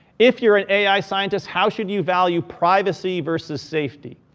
if you're an ai scientist, how should you value privacy versus safety?